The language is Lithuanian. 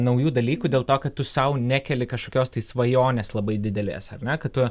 naujų dalykų dėl to kad tu sau nekeli kažkokios tai svajonės labai didelės ar ne kad tu